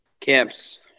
Camps